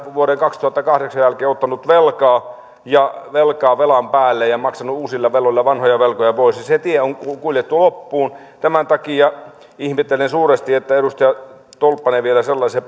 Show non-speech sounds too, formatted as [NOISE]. vuoden kaksituhattakahdeksan jälkeen ottanut velkaa ja velkaa velan päälle ja maksanut uusilla veloilla vanhoja velkoja pois se tie on kuljettu loppuun tämän takia ihmettelen suuresti että edustaja tolppanen vielä sellaisia [UNINTELLIGIBLE]